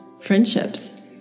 friendships